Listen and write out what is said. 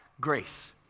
grace